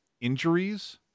injuries